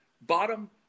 bottom